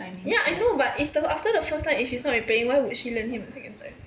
ya I know but if the after the first time if he's not repaying why would she lend him a second time